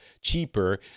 cheaper